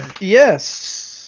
Yes